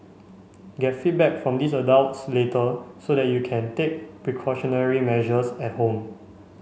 get feedback from these adults later so that you can take precautionary measures at home